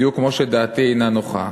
בדיוק כמו שדעתי אינה נוחה.